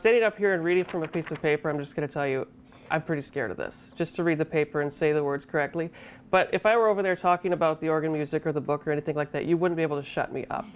stayed up here and reading from a piece of paper i'm just going to tell you i'm pretty scared of this just to read the paper and say the words correctly but if i were over there talking about the organ music or the book or anything like that you would be able to shut me up